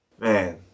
Man